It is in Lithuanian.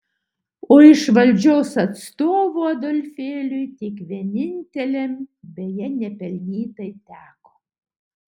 o iš valdžios atstovų adolfėliui tik vieninteliam beje nepelnytai teko